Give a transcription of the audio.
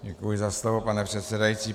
Děkuji za slovo, pane předsedající.